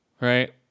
Right